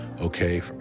Okay